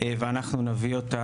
ואני מניח שאנחנו נביא אותה בנובמבר,